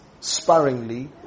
sparingly